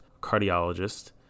cardiologist